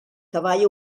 cavall